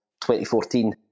2014